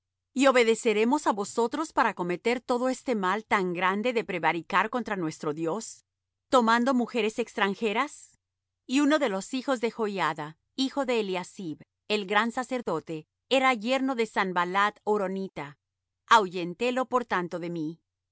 y obedeceremos á vosotros para cometer todo este mal tan grande de prevaricar contra nuestro dios tomando mujeres extranjeras y uno de los hijos de joiada hijo de eliasib el gran sacerdote era yerno de sanballat horonita ahuyentélo por tanto de mí